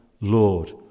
Lord